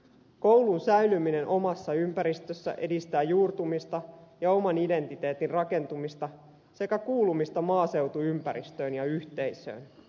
koulun säilyminen omassa ympäristössä edistää juurtumista ja oman identiteetin rakentumista sekä kuulumista maaseutuympäristöön ja yhteisöön